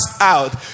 out